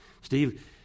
Steve